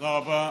תודה רבה.